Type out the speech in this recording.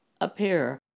appear